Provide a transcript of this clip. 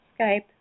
Skype